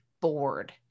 bored